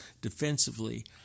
defensively